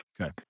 Okay